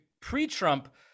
pre-Trump